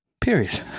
period